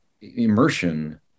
immersion